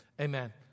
Amen